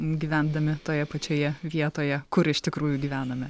gyvendami toje pačioje vietoje kur iš tikrųjų gyvename